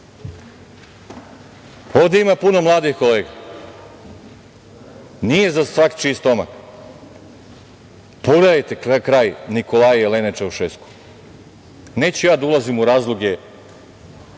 ovde ima puno mladih kolega, nije za svačiji stomak. Pogledajte kraj Nikolaja i Elene Čaušesku. Neću ja da ulazim u razloge